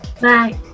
Bye